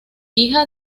hija